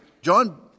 John